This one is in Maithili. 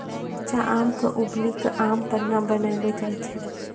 कच्चा आम क उबली कॅ आम पन्ना बनैलो जाय छै